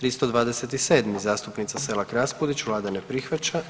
327. zastupnica Selak Raspudić, Vlada ne prihvaća.